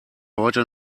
heute